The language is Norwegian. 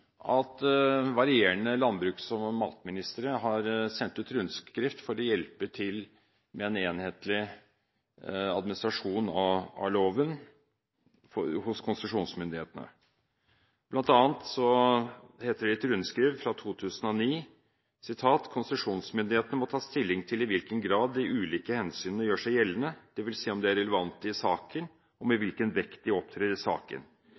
at varierende landbruks- og matministere har sendt ut rundskriv for å hjelpe til med en enhetlig administrasjon av loven hos konsesjonsmyndighetene. Blant annet heter det i et rundskriv fra 2009: «Konsesjonsmyndighetene må ta stilling til i hvilken grad de ulike hensynene gjør seg gjeldende, dvs. om de er relevante i saken, og med hvilken vekt de opptrer i saken.